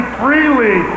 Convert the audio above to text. freely